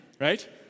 right